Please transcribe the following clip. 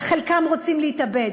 וחלקם רוצים להתאבד.